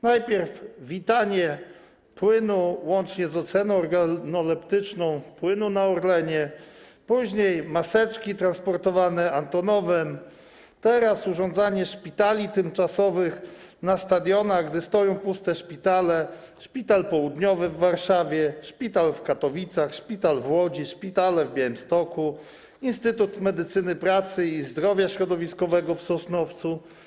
Najpierw witanie płynu, łącznie z oceną organoleptyczną płynu na Orlenie, później maseczki transportowane antonowem, teraz urządzanie szpitali tymczasowych na stadionach, gdy stoją puste szpitale: szpital południowy w Warszawie, szpital w Katowicach, szpital w Łodzi, szpitale w Białymstoku, Instytut Medycyny Pracy i Zdrowia Środowiskowego w Sosnowcu.